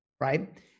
right